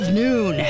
noon